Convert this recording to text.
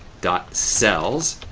dot cells,